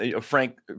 Frank